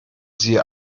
sie